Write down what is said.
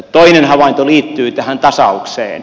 toinen havainto liittyy tähän tasaukseen